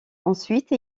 ensuite